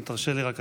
אם תרשה לי רק,